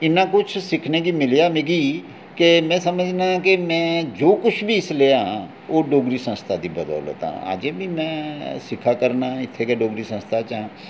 इन्ना किश सिक्खने गी मिलेआ मिगी कि में समझना कि में जो किश बी इसलै हैं ओह् डोगरी संस्था दे बदौलत आं अज्ज बी में सिक्खै करना ऐं इत्थै गै डोगरी संस्था च ऐं